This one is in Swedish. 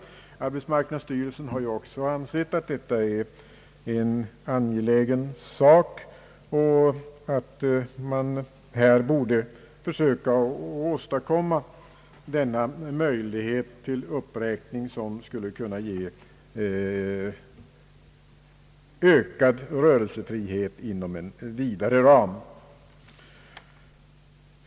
Arbetsmarknadsstyrelsen har också ansett det angeläget att här försöka åstadkomma en sådan uppräkning, som skulle ge ökad rörelsefrihet inom en vidare ram.